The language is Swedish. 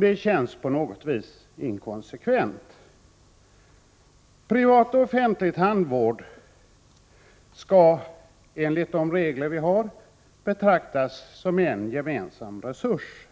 Det känns på något vis inkonsekvent. Privat och offentlig tandvård skall, enligt de regler vi har, betraktas som en gemensam resurs.